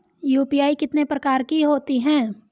UPI कितने प्रकार की होती हैं?